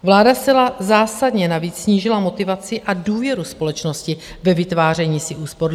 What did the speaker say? Vláda zcela zásadně navíc snížila motivaci a důvěru společnosti ve vytváření si úspor.